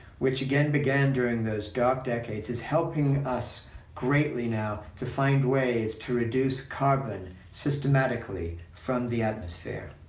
which, again, began during those dark decades, is helping us greatly now to find ways to reduce carbon systematically from the atmosphere.